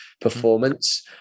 performance